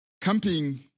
camping